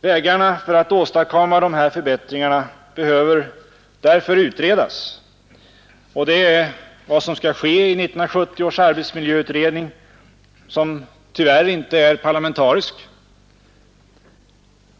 Vägarna för att åstadkomma de här förbättringarna behöver därför utredas, och det är vad som skall ske i 1970 års arbetsmiljöutredning som tyvärr inte är parlamentarisk.